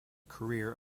career